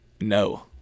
No